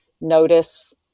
notice